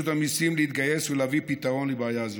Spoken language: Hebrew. המיסים להתגייס ולהביא פתרון לבעיה זו.